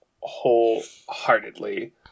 wholeheartedly